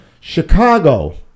Chicago